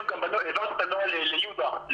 העברתי את הנוהל ליהודה,